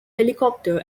helicopter